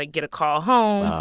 ah get a call home.